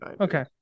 okay